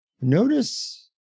notice